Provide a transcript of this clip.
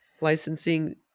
licensing